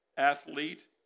athlete